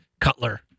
cutler